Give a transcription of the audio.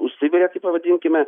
užsiveja kaip pavadinkime